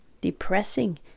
depressing